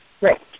Right